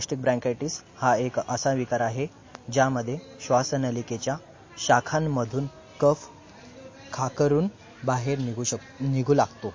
plastic bronchitis हा एक असा विकार आहे ज्यामध्ये श्वासनलिकेच्या शाखांमधून कफ खाकरून बाहेर निघू शक निघू लागतो